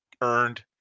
earned